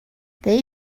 they